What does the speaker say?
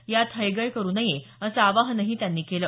यात हयगय करू नये असं आवाहन त्यांनी केलं